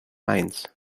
mainz